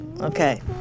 Okay